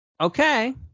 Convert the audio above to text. okay